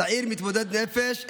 צעיר מתמודד נפש,